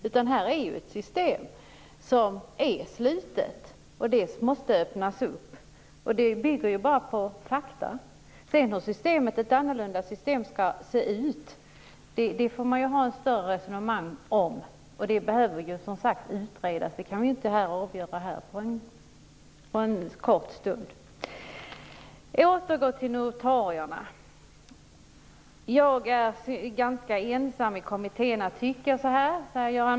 Det här är ju ett slutet system. Det måste öppnas. Detta bygger bara på fakta. Hur ett annorlunda system skall se ut får man ha ett större resonemang om. Det behöver, som sagt, utredas. Det kan vi inte avgöra här på en kort stund. Jag återgår till notarierna. Göran Magnusson säger att han är ganska ensam i kommittén om att tycka som han gör.